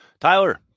Tyler